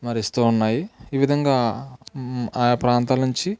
మరి ఇస్తూ ఉన్నాయి ఈ విధంగా ఆ ప్రాంతాలు నుంచి